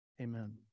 Amen